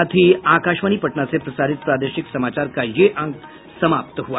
इसके साथ ही आकाशवाणी पटना से प्रसारित प्रादेशिक समाचार का ये अंक समाप्त हुआ